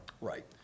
Right